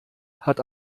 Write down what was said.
hat